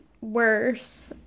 worse